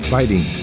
Fighting